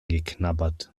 geknabbert